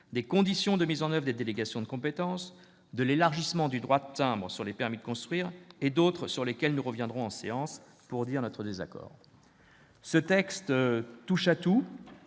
des conditions de mise en oeuvre des délégations de compétence, de l'élargissement du droit de timbre sur les permis de construire et d'autres, sur lesquels nous reviendrons pour exprimer notre désaccord. Ce texte touche-à-tout,